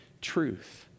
truth